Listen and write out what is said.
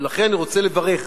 ולכן אני רוצה לברך,